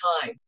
time